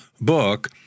book